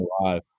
alive